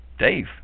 Dave